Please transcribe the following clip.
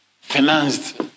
financed